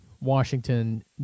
Washington